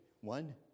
One